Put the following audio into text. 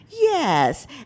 yes